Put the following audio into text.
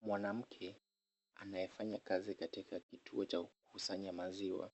Mwanamke anayefanya kazi katika kituo cha kukusanya maziwa,